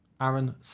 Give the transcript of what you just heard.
Aaron